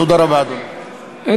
תודה רבה, אדוני.